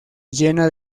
llena